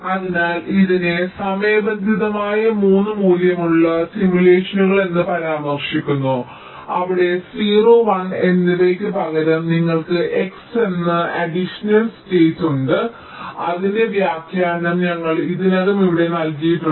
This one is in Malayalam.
അതിനാൽ ഇതിനെ സമയബന്ധിതമായ 3 മൂല്യമുള്ള സിമുലേഷനുകൾ എന്ന് പരാമർശിക്കുന്നു അവിടെ 0 1 എന്നിവയ്ക്ക് പകരം നിങ്ങൾക്ക് x എന്ന അഡിഷണൽ സ്റ്റേറ്റ് ഉണ്ട് അതിന്റെ വ്യാഖ്യാനം ഞങ്ങൾ ഇതിനകം ഇവിടെ കണ്ടിട്ടുണ്ട്